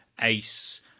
Ace